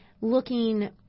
looking